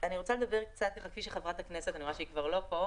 אני רוצה להתייחס לדבריה של חברת הכנסת שהיא כבר לא כאן